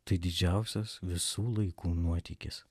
tai didžiausias visų laikų nuotykis